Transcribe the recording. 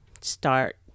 start